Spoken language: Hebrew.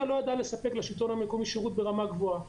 לא ידעה לספק לשלטון המקומי שירות ברמה גבוהה,